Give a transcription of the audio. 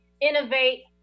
innovate